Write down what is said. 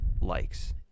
likes